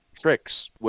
tricks